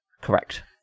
Correct